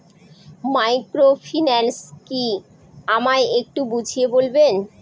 Microfinance কি আমায় একটু বুঝিয়ে বলবেন?